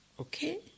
Okay